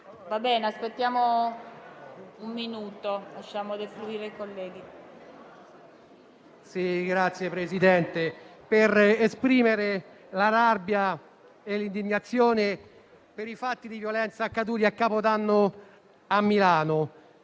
intervengo per esprimere la rabbia e l'indignazione per i fatti di violenza accaduti a Capodanno a Milano: